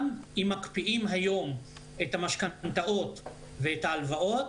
גם אם מקפיאים היום את המשכנתאות ואת ההלוואות,